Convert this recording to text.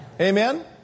Amen